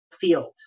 field